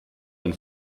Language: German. ein